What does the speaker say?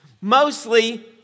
mostly